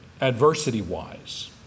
adversity-wise